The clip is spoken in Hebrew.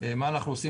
מה אנחנו עושים.